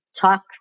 talk